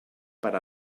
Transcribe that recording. per